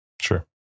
Sure